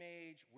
age